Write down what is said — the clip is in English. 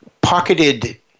pocketed